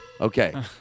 Okay